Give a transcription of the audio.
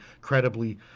credibly